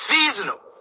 Seasonal